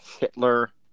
Hitler